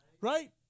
Right